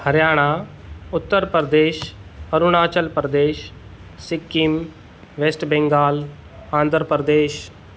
Haryana Uttar Pradesh Arunachal Pradesh Sikkim West Bengal Andhra Pradesh